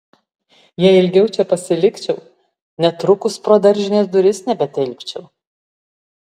jei ilgiau čia pasilikčiau netrukus pro daržinės duris nebetilpčiau